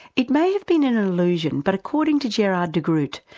it may have been an illusion but according to gerard de groot,